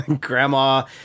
grandma